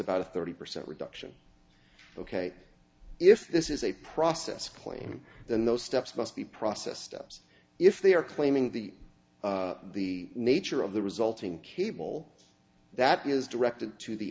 about a thirty percent reduction ok if this is a process claim then those steps must be processed steps if they are claiming the the nature of the resulting cable that is directed to the